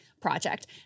project